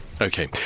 Okay